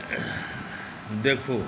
देखू